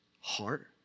heart